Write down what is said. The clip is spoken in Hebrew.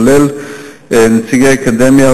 כולל נציגי אקדמיה,